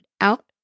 out